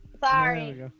Sorry